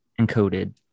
encoded